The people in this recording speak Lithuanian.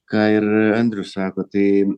ką ir andrius sako tai